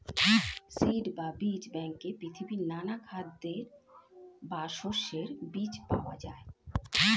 seed বা বীজ ব্যাংকে পৃথিবীর নানা খাদ্যের বা শস্যের বীজ পাওয়া যায়